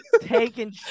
Taking